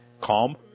calm